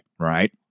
Right